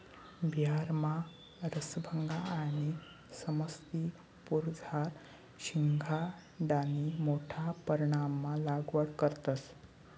बिहारमा रसभंगा आणि समस्तीपुरमझार शिंघाडानी मोठा परमाणमा लागवड करतंस